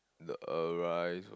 the arise